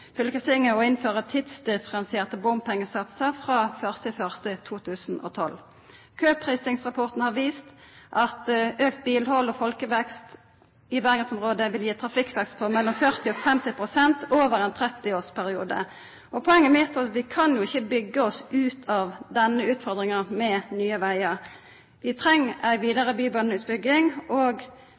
fylkestinget å innføra tidsdifferensierte bompengesatsar frå 1. januar 2012. Køprisingsrapporten har vist at auka bilhald og folkevekst i bergensområdet vil gi ein trafikkvekst på 40–50 pst. over ein 30-årsperiode. Poenget mitt er at vi ikkje kan byggja oss ut av denne utfordringa med nye vegar. Vi treng ei vidare utbygging av Bybanen, og